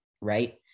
right